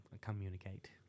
communicate